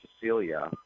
Cecilia